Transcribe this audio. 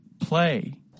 Play